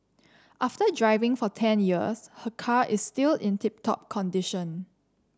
after driving for ten years her car is still in tip top condition